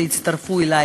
שהצטרפו אלי